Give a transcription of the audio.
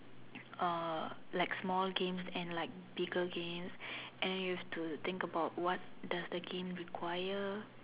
uh like small games and like bigger games and then you have to think about what does the game require